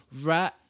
Right